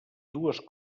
dues